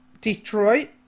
Detroit